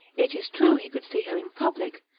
it is true, he could see her in public,